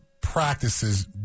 practices